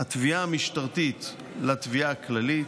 התביעה המשטרתית לתביעה הכללית,